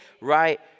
right